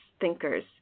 Thinkers